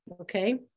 Okay